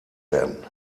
werden